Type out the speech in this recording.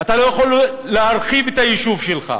אתה לא יכול להרחיב את היישוב שלך.